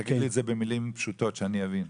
תגיד לי את זה במילים פשוטות שאני אבין.